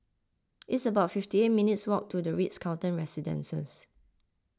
it's about fifty eight minutes' walk to the Ritz Carlton Residences